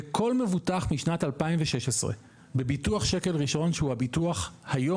וכל מבוטח מ-2016 בביטוח שקל ראשון שהוא הביטוח היום